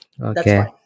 okay